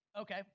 Okay